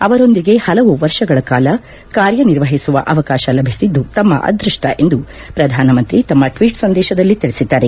ಅವರೊಂದಿಗೆ ಹಲವು ವರ್ಷಗಳ ಕಾಲ ಕಾರ್ಯ ನಿರ್ವಹಿಸುವ ಅವಕಾಶ ಲಭಿಸಿದ್ದು ತಮ್ಮ ಅದೃಷ್ವ ಎಂದು ಪ್ರಧಾನ ಮಂತ್ರಿ ತಮ್ಮ ಟ್ವೀಟ್ ಸಂದೇಶದಲ್ಲಿ ತಿಳಿಸಿದ್ದಾರೆ